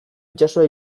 itsasoa